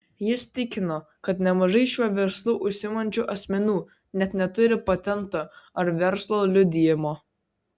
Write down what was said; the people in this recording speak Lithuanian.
jis tikino kad nemažai šiuo verslu užsiimančių asmenų net neturi patento ar verslo liudijimo